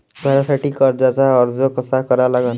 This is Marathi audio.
घरासाठी कर्जाचा अर्ज कसा करा लागन?